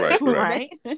Right